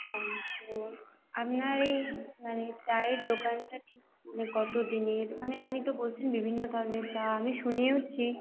thank you আপনার এই মানে চায়ের দোকানটা ঠিক মানে কতদিনের মানে আপনি তো বলছেন বিভিন্ন ধরনের চা আমি শুনেওছি